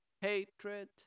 hatred